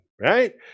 right